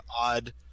odd